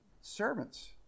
servants